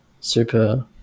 super